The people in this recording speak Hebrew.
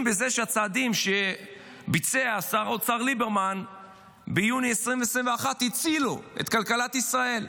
בזה שהצעדים שביצע שר האוצר ליברמן ביוני 2021 הצילו את כלכלת ישראל.